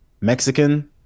Mexican